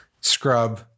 scrub